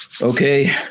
Okay